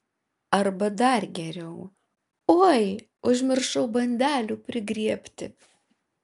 arba dar geriau oi užmiršau bandelių prigriebti